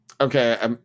Okay